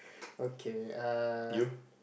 okay err